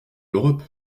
l’europe